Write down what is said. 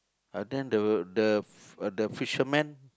but then the the uh the fisherman